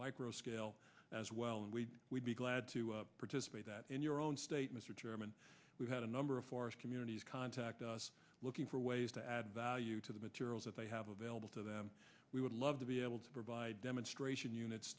micro scale as well and we would be glad to participate that in your own state mr chairman we've had a number of forest communities contact us looking for ways to add value to the materials that they have available to them we would love to be able to provide demonstration units